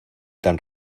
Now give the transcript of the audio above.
tan